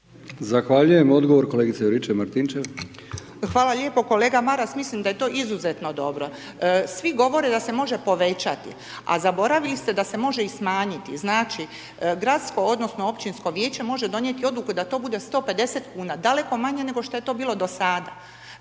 Zahvaljujem, odgovor kolegice Juričev-Martinčev. **Juričev-Martinčev, Branka (HDZ)** Hvala lijepo, kolega Maras mislim da je to izuzetno dobro. Svi govore da se može povećati, a zaboravili ste da se može i smanjiti. Znači gradsko odnosno općinsko vijeće može donijeti odluku da to bude 150 kuna daleko manje nego što je to bilo do sada.